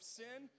sin